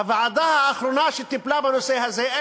הוועדה האחרונה שטיפלה בנושא הזה,